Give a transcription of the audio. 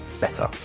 better